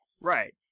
right